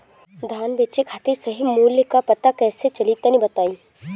धान बेचे खातिर सही मूल्य का पता कैसे चली तनी बताई?